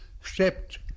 stepped